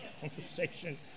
conversation